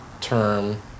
term